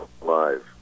Live